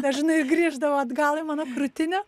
dažnai grįždavo atgal į mano krūtinę